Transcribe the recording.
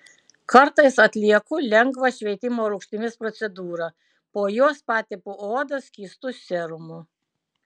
kartais atlieku lengvą šveitimo rūgštimis procedūrą po jos patepu odą skystu serumu